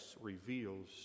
reveals